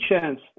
chance